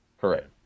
correct